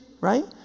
right